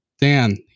Dan